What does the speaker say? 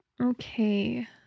Okay